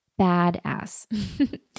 Badass